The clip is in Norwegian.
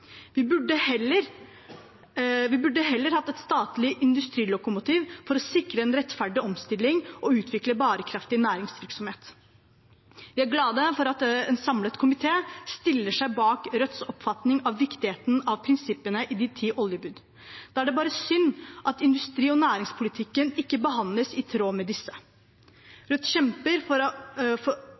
Vi burde heller hatt et statlig industrilokomotiv for å sikre en rettferdig omstilling og utvikle en bærekraftig næringsvirksomhet. Vi er glade for at en samlet komité stiller seg bak Rødts oppfatning av viktigheten av prinsippene i de ti oljebud. Da er det bare synd at industri- og næringspolitikken ikke behandles i tråd med disse. Rødt kjemper for at